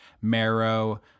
marrow